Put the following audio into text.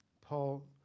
Paul